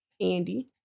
Andy